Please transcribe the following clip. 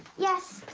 yes,